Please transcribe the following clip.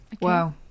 Wow